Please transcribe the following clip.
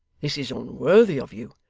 this is unworthy of you.